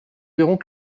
verrons